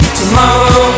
tomorrow